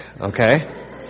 okay